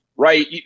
Right